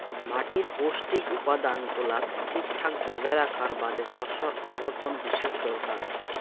মাটির পৌষ্টিক উপাদান গুলাক ঠিকঠাক বজায় রাখার বাদে শস্যর আবর্তন বিশেষ দরকার